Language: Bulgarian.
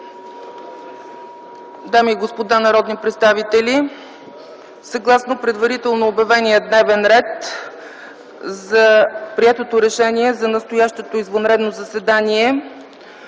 Дами и господа народни представители, съгласно предварително обявения дневен ред в приетото решение за настоящото извънредно заседание